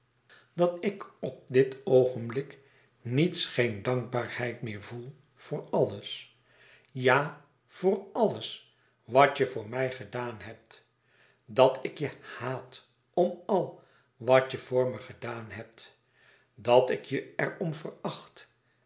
dat ik op dit oogenblik niets geen dankbaarheid meer voel voor alles ja voor àlles wat je voor mij gedaan hebt dat ik je haat om al wat je voor me gedaan hebt dat ik je er